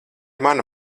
mana